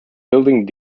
building